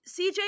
cj